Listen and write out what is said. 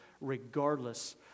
regardless